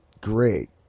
great